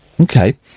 Okay